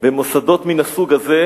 ומוסדות מהסוג הזה?